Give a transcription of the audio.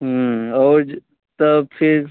और ज तब फ़िर